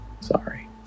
Sorry